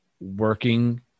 working